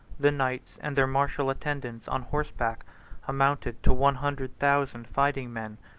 the knights and their martial attendants on horseback amounted to one hundred thousand fighting men,